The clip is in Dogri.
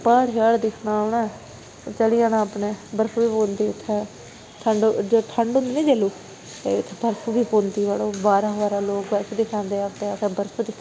प्हाड़ श्हाड़ दिक्खना उ'नें ते चली जाना अपने बरफ बी पौंदी उ'त्थें ठण्ड होंदी ना जैलूं ते बरफ बी पौंदी बाहरा बाहरा लोक इ'त्थें दिक्खन आंदे ऐ आखदे असें बरफ दिक्खनी